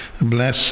Bless